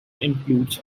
includes